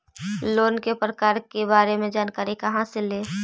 Loan के प्रकार के बारे मे जानकारी कहा से ले?